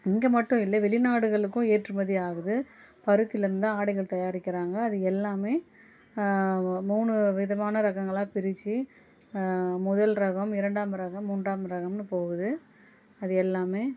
இங்கே மட்டும் இல்லை வெளிநாடுகளுக்கும் ஏற்றுமதி ஆகுது பருத்தியில இருந்து தான் ஆடைகள் தயாரிக்கிறாங்க அது எல்லாமே மூணு விதமான ரகங்களாக பிரிச்சு முதல் ரகம் இரண்டாம் ரகம் மூன்றாம் ரகம்னு போகுது அது எல்லாமே